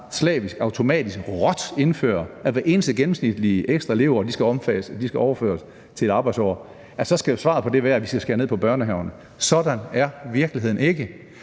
slavisk og automatisk råt indfører, at hvert eneste gennemsnitlige ekstra leveår skal overføres til arbejdsår, så skal svaret på det være, at vi skal skære ned på børnehaverne. Sådan er virkeligheden ikke,